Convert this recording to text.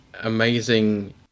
amazing